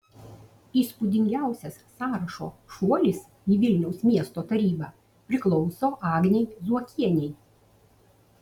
įspūdingiausias sąrašo šuolis į vilniaus miesto tarybą priklauso agnei zuokienei